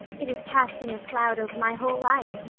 it is casting a cloud over my whole life.